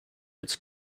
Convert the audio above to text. its